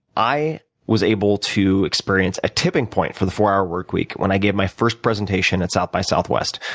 i was able to experience a tipping point for the four hour workweek when i gave my first presentation at south by southwest.